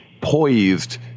poised